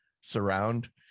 surround